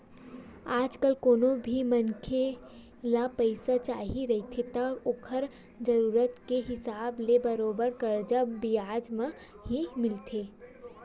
आजकल कोनो भी मनखे ल पइसा चाही रहिथे त ओखर जरुरत के हिसाब ले बरोबर करजा बियाज म ही मिलथे